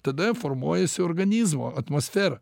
tada formuojasi organizmo atmosfera